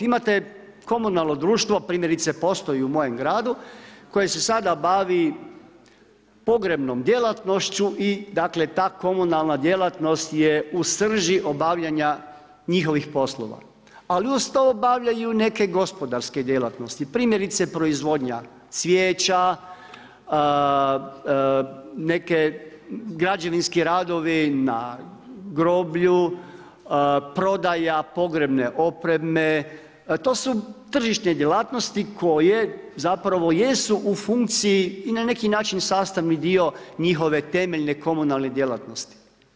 Imate komunalno društvo, primjerice postoji u mojem gradu, koje se sada bavi pogrebnom djelatnošću i ta komunalna djelatnost je u srži obavljanja njihovih poslova, ali uz to obavljaju i neke gospodarske djelatnosti, primjerice proizvodnja cvijeća, građevinski radovi na groblju, prodaja pogrebne opreme to su tržišne djelatnosti koje zapravo jesu u funkciji i na neki način sastavni dio njihove temeljne komunalne djelatnosti.